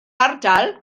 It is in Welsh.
ardal